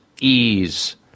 ease